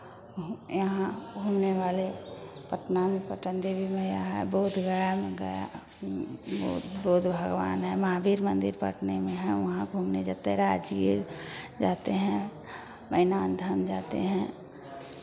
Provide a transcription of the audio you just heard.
यहाँ घूमने वाले पटना में पटन देवी मैया है बोधगया गया में गया बोध बोध भगवान हैं महावीर मन्दिर पटने में है वहाँ घूमने जाते राजगीर जाते हैं वैद्यनाथ धाम जाते हैं